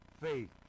faith